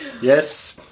yes